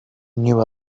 knew